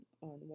on